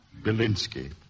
Belinsky